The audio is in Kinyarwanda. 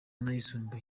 n’ayisumbuye